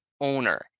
owner